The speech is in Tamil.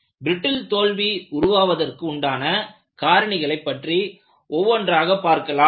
பிரிட்டில் தோல்வி உருவாவதற்கு உண்டான காரணிகளைப் பற்றி ஒவ்வொன்றாக பார்க்கலாம்